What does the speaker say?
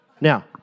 Now